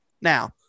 Now